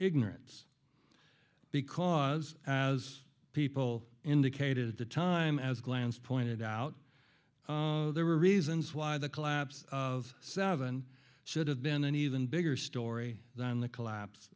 ignorance because as people indicated at the time as glance pointed out there were reasons why the collapse of seven should have been an even bigger story than the collapse